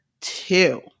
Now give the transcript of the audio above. two